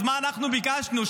אז מה אנחנו ביקשנו,